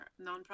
nonprofit